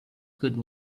good